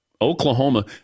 Oklahoma